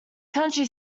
county